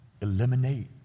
eliminate